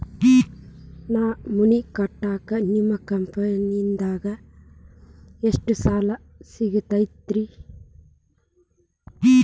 ನಾ ಮನಿ ಕಟ್ಟಾಕ ನಿಮ್ಮ ಕಂಪನಿದಾಗ ಎಷ್ಟ ಸಾಲ ಸಿಗತೈತ್ರಿ?